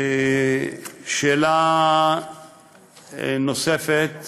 לשאלה הנוספת